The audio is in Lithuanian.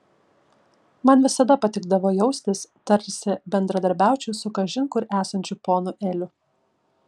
man visada patikdavo jaustis tarsi bendradarbiaučiau su kažin kur esančiu ponu eliu